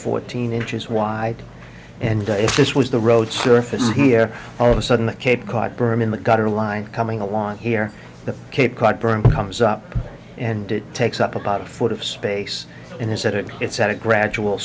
fourteen inches wide and if this was the road surface here all of a sudden the cape cod berm in the gutter line coming along here the cape cod berm comes up and takes up about a foot of space and is that it's a gradual